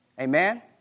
Amen